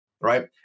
right